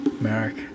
Merrick